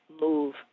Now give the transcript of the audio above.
move